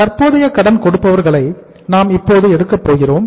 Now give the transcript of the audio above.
தற்போதைய கடன் கொடுப்பவர்களை நாம் இப்போது எடுக்கப் போகிறோம்